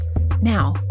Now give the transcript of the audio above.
Now